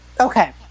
Okay